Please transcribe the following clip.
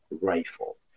rifle